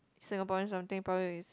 Singaporean something probably is